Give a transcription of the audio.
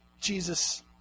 Jesus